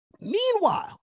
Meanwhile